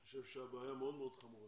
אני חושב שהבעיה מאוד מאוד חמורה